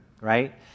right